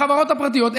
החברות הפרטיות,